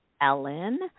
ellen